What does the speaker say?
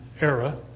era